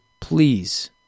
please